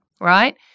right